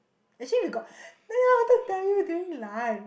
actually we got then I wanted tell you during lunch